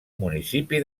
municipi